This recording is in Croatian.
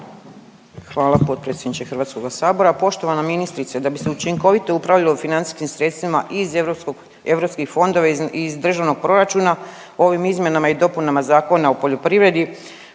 Hvala potpredsjedniče HS-a. Poštovana ministrice, da bi se učinkovito upravljalo financijskim sredstvima iz europskih fondova iz državnog proračuna ovim izmjenama i dopunama Zakona o poljoprivredi